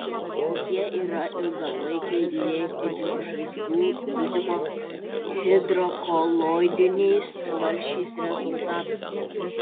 kokie yra ilgalaikiai lėtinių žaizdų gydymo hidrokoloidiniais tvarsčiais rezultatai